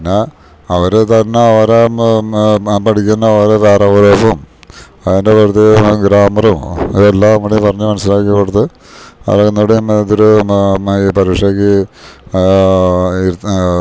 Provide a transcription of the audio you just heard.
പിന്നെ അവർ തന്നെ അവരെ പഠിക്കുന്ന ഓരോ വേറവേഴ്സും അതിൻ്റെ പ്രത്യേകം ഗ്രാമറും അതെല്ലാകൂടി പറഞ്ഞ് മനസ്സിലാക്കി കൊടുത്ത് അവരെന്നൂടെ ഇതൊരു പരിക്ഷക്ക് ഇര്